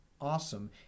awesome